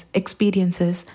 experiences